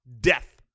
death